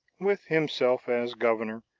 with himself as governor,